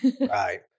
Right